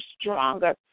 stronger